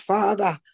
Father